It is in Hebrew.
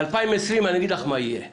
אני אגיד לך מה יהיה ב-2020: